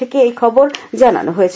থেকে এই থবর জানানো হয়েছে